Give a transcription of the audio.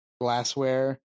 glassware